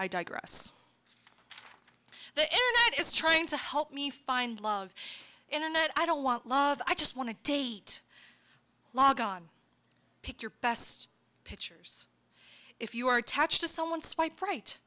internet is trying to help me find love internet i don't want love i just want to date log on pick your best pictures if you are attached to someone swipe right